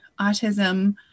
autism